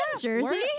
jersey